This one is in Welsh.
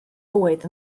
fwyd